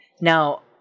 now